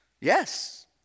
yes